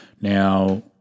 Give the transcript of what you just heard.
Now